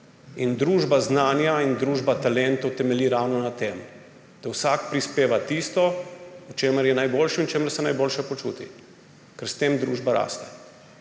In družba znanja in družba talentov temelji ravno na tem, da vsak prispeva tisto, v čemer je najboljši in v čemer se najboljše počuti, ker s tem družba raste.